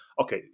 okay